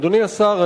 אדוני השר,